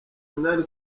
minani